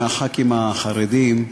את חברי הכנסת החרדים,